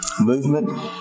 movement